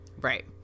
right